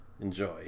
Enjoy